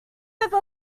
have